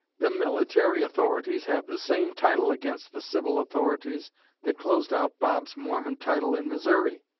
the military authorities have the same title against the civil authorities that closed out bob's mormon title in missouri